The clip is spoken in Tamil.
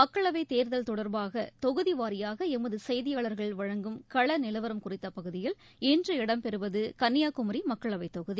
மக்களவைத் தேர்தல் தொடர்பாக தொகுதி வாரியாக எமது செய்தியாளர்கள் வழங்கும் கள நிலவரம் குறித்த பகுதியில் இன்று இடம்பெறுவது கன்னியாகுமரி மக்களவைத் தொகுதி